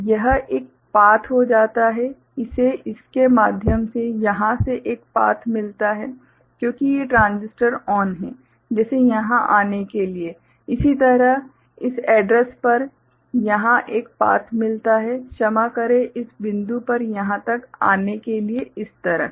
तो यह एक पाथ हो जाता है इसे इसके माध्यम से यहाँ से एक पाथ मिलता है क्योंकि ये ट्रांजिस्टर ऑन हैं जैसे यहाँ आने के लिए इसी तरह इस एड्रैस पर यहाँ एक पाथ मिलता है क्षमा करें इस बिंदु पर यहाँ तक आने के लिए इस तरह